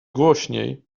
głośniej